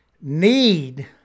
need